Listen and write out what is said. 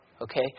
okay